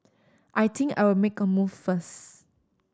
I think I'll make a move first